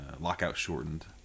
lockout-shortened